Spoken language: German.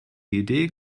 idee